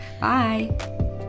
bye